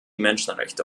menschenrechte